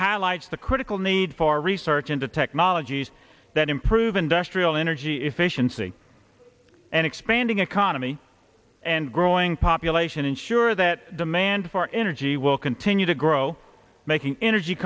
highlights the critical need for research into technologies that improve industrial energy efficiency and expanding economy and growing population ensure that demand for energy will continue to grow making energy